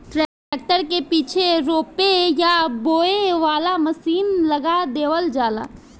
tractor के पीछे रोपे या बोवे वाला मशीन लगा देवल जाला